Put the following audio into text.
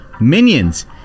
minions